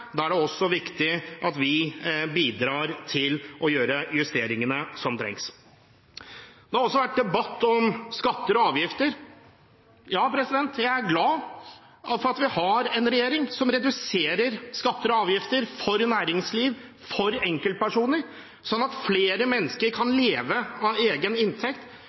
da er det også viktig at vi bidrar til å gjøre justeringene som trengs. Det har også vært debatt om skatter og avgifter. Jeg er glad for at vi har en regjering som reduserer skatter og avgifter for næringsliv og for enkeltpersoner, slik at flere mennesker kan leve av egen inntekt,